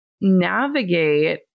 navigate